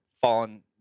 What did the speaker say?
Fallen